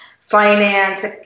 finance